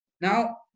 Now